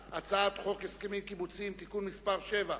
הצעת חוק הסכמים קיבוציים (תיקון מס' 7),